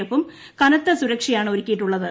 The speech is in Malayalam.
എഫും കനത്ത് സുരക്ഷയാണ് ഒരുക്കിയിട്ടുള്ളത്